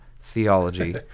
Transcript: theology